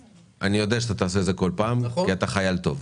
אני יודע שאתה תעשה את זה כל פעם כי אתה חייל טוב.